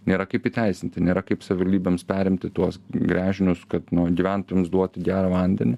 nėra kaip įteisinti nėra kaip savivaldybėms perimti tuos gręžinius kad nu gyventojams duoti gerą vandenį